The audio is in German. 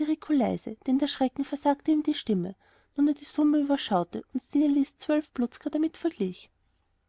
rico leise denn der schrecken versagte ihm die stimme nun er die summe überschaute und stinelis zwölf blutzger damit verglich